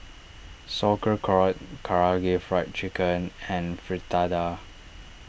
Sauerkraut Karaage Fried Chicken and Fritada